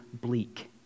bleak